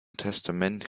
testament